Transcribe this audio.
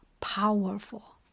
powerful